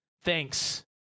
Thanks